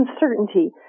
uncertainty